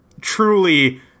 Truly